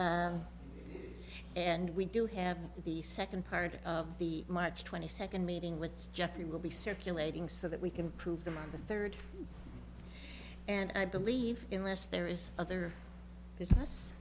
em and we do have the second part of the march twenty second meeting with jeffrey will be circulating so that we can prove them on the third and i believe in less there is other